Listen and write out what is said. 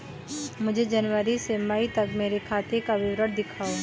मुझे जनवरी से मई तक मेरे खाते का विवरण दिखाओ?